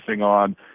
on